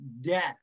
death